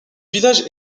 village